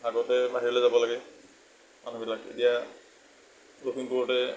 আগতে বাহিৰলৈ যাব লাগে মানুহবিলাক এতিয়া লখিমপুৰতে